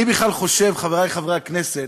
אני בכלל חושב, חברי חברי הכנסת,